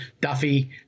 Duffy